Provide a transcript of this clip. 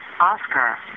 Oscar